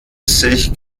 sich